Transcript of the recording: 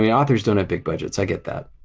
yeah authors don't have big budgets, i get that.